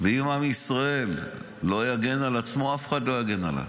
ואם עם ישראל לא יגן על עצמו, אף אחד לא יגן עליו.